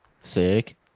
Sick